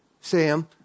Sam